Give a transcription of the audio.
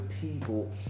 people